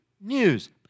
news